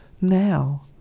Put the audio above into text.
Now